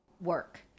work